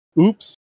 Oops